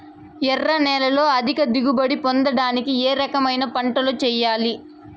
ఎర్ర నేలలో అధిక దిగుబడి పొందడానికి ఏ రకమైన పంటలు చేయాలి?